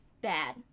Bad